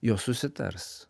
jos susitars